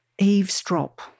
eavesdrop